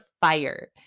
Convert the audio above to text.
fire